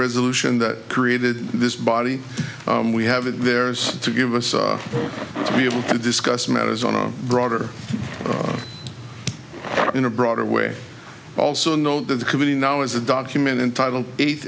resolution that created this body we have it there is to give us to be able to discuss matters on a broader in a broader way also know that the committee now is a document entitled eight